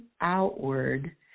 outward